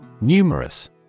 Numerous